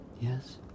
Yes